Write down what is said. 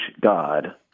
God